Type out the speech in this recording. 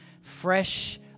fresh